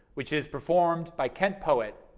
which is performed by kent poet,